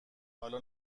حالا